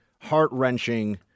heart-wrenching